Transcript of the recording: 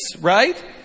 right